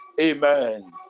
Amen